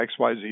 XYZ